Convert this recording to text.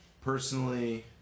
personally